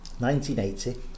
1980